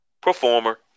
Performer